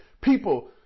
people